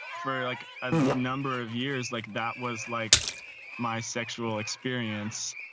very like a number of years like that was like my sexual experience.